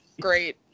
great